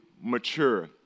mature